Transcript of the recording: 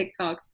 TikToks